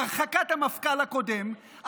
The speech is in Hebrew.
הרחקת המפכ"ל הקודם,